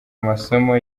amasomo